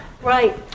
Right